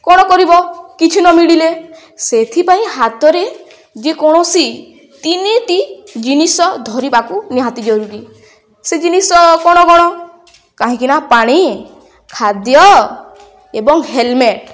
କ'ଣ କରିବ କିଛି ନ ମିଳିଲେ ସେଥିପାଇଁ ହାତରେ ଯେକୌଣସି ତିନିଟି ଜିନିଷ ଧରିବାକୁ ନିହାତି ଜରୁରୀ ସେ ଜିନିଷ କ'ଣ କଣ କାହିଁକି ନା ପାଣି ଖାଦ୍ୟ ଏବଂ ହେଲମେଟ